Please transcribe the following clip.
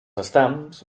estams